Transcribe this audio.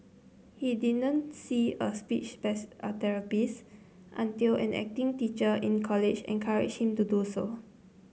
he didn't see a speech until an acting teacher in college encouraged him to do so